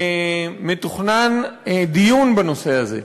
מתוכנן דיון בנושא הזה.